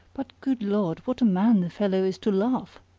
but, good lord, what a man the fellow is to laugh!